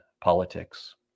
politics